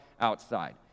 outside